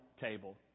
table